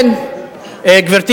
גברתי